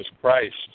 Christ